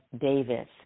Davis